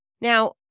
Now